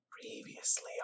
Previously